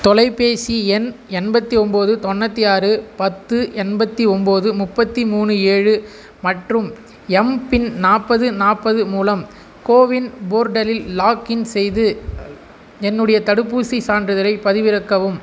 தொலைபேசி எண் எண்பத்து ஒம்பது தொண்ணூற்றி ஆறு பத்து எண்பத்து ஒம்பது முப்பத்து மூணு ஏழு மற்றும் எம்பின் நாற்பது நாற்பது மூலம் கோவின் போர்ட்டலில் லாக்கின் செய்து என்னுடைய தடுப்பூசி சான்றிதழைப் பதிவிறக்கவும்